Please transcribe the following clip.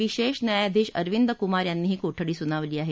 विशेष न्यायाधीश अरविंद कुमार यांनी ही कोठडी सुनावली आहे